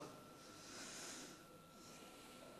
שלוש דקות